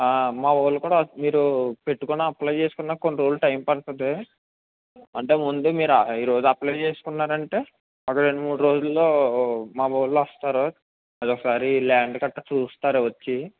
ఆ మా వాళ్ళు కూడా మీరు పెట్టుకున్న అప్లై చేసుకున్న కొన్ని రోజులు పడుతుంది అంటే ముందు మీరు ఈ రోజు అప్లై చేసుకున్నారు అంటే ఒక రెండు మూడు రోజులలో మావాళ్ళు వస్తారు అది ఒక్కసారి ల్యాండ్ కట్టా చూస్తారు వచ్చి